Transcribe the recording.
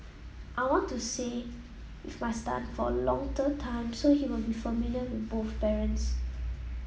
I want to say with my son for a time so he will be familiar with both parents